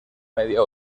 medio